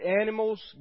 animals